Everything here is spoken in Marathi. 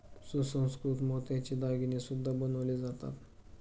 सुसंस्कृत मोत्याचे दागिने सुद्धा बनवले जातात